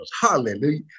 Hallelujah